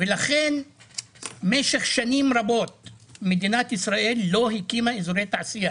ולכן במשך שנים רבות מדינת ישראל לא הקימה אזורי תעשייה.